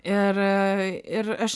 ir ir aš